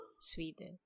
Sweden